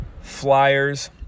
flyers